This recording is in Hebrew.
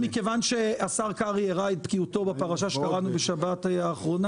השר קרעי הראה את בקיאותו בפרשה שקראנו בשבת האחרונה